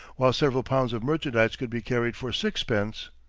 while several pounds of merchandise could be carried for sixpence.